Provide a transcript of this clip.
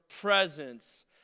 presence